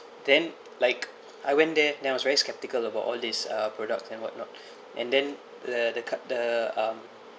then like I went there then I was very sceptical about all these uh products and whatnot and then the the cut the um